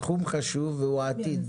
התחום חשוב והוא העתיד,